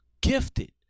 Gifted